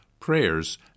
prayers